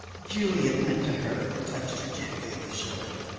juliet went to her and touched her gently on the shoulder.